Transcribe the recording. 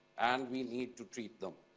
and we need to treat them.